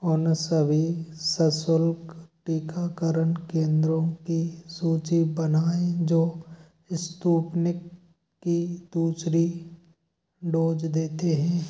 उन सभी सशुल्क टीकाकरण केंद्रों की सूची बनाएँ जो स्पुतनिक की दूसरी डोज देते हैं